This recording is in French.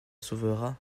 sauvera